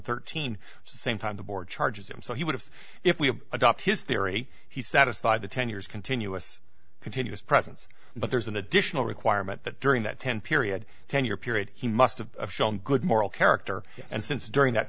thirteen same time the board charges him so he would have if we adopt his theory he satisfy the ten years continuous continuous presence but there's an additional requirement that during that ten period ten year period he must of good moral character and since during that